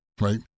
right